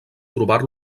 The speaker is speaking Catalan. trobar